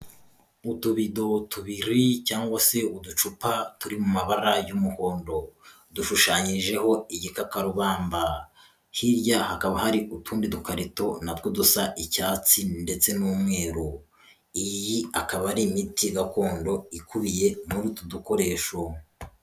Mu tubidobo tubiri, cyangwa se uducupa, turi mu mabara y'umuhondo. Dushushanyijeho igikakarubamba. Hirya hakaba hari utundi dukarito, natwo dusa icyatsi, ndetse n'umweru. Iyi akaba ari imiti gakondo ikubiye muri utu dukoresho.